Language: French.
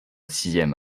sixième